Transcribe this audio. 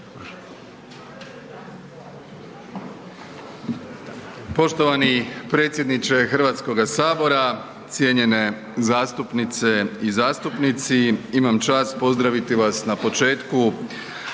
Poštovani predsjedniče HS-a, cijenjene zastupnice i zastupnici. Imam čast pozdraviti vas na početku